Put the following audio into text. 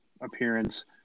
appearance